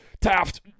Taft